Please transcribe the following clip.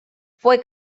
fue